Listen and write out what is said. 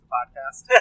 podcast